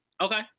Okay